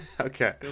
Okay